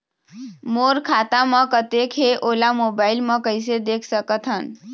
मोर खाता म कतेक हे ओला मोबाइल म कइसे देख सकत हन?